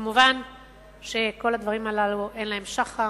מובן שלכל הדברים הללו אין שחר.